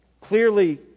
clearly